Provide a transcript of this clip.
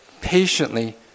patiently